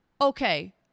okay